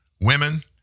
women